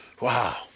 Wow